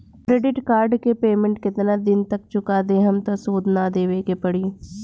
Credit card के payment केतना दिन तक चुका देहम त सूद ना देवे के पड़ी?